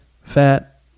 fat